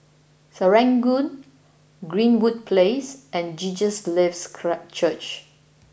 Serangoon Greenwood Place and Jesus Lives clark Church